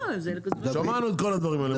שמענו את כל הדברים האלה,